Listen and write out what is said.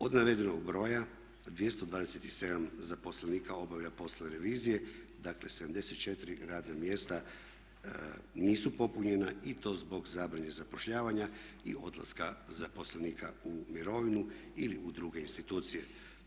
Od navedenog broja 227 zaposlenika obavlja poslove revizije, dakle 74 radna mjesta nisu popunjena i to zbog zabrane zapošljavanja i odlaska zaposlenika u mirovinu ili u druge institucije.